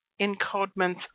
encodements